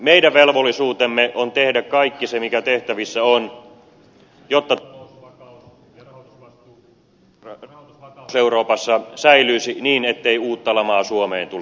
meidän velvollisuutemme on tehdä kaikki se mikä tehtävissä on jotta talousvakaus ja rahoitusvakaus euroopassa säilyisi niin ettei uutta lamaa suomeen tule